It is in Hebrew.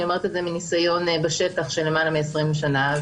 אני אומרת את זה מניסיון בשטח של למעלה מ-20 שנה.